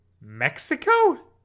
Mexico